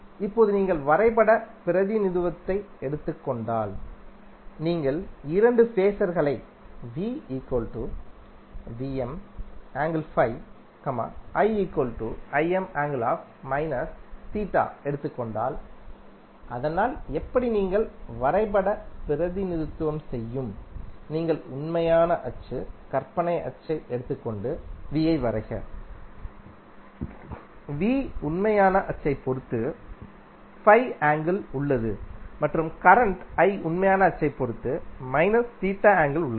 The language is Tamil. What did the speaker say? இப்போது நீங்கள் வரைபட பிரதிநிதித்துவத்தை எடுத்துக்கொண்டால் நீங்கள் இரண்டு ஃபேஸர்களை எடுத்துக்கொண்டால் அதனால் எப்படி நீங்கள் வரைபட பிரதிநிதித்துவம் செய்யும் நீங்கள் உண்மையான அச்சு கற்பனைக் அச்சு எடுத்துக் கொண்டு யை வரைக உண்மையான அச்சைப் பொருத்து ஆங்கிள் உள்ளதுமற்றும் கரண்ட் உண்மையான அச்சைப் பொருத்து ஆங்கிள் உள்ளது